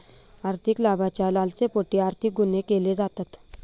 आर्थिक लाभाच्या लालसेपोटी आर्थिक गुन्हे केले जातात